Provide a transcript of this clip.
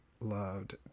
loved